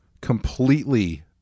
completely